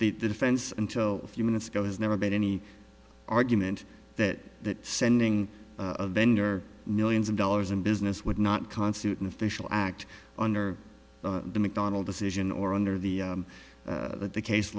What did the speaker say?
the defense until a few minutes go has never been any argument that sending a vendor millions of dollars in business would not constitute an official act under the mcdonald decision or under the that the case